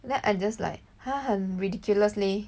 then I just like 他很 ridiculous leh